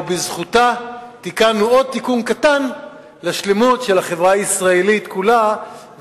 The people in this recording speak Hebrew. ובזכותה תיקנו עוד תיקון קטן לשלמות של החברה הישראלית כולה,